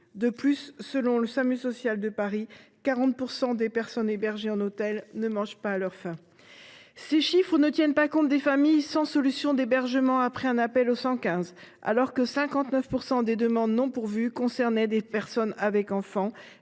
De plus, selon le Samu social de Paris, 40 % des personnes hébergées en hôtel ne mangent pas à leur faim. Ces chiffres ne tiennent pas compte des familles sans solution d’hébergement après un appel au 115, alors que 59 % des demandes non pourvues concernaient des personnes avec enfants,